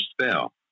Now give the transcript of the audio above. Spell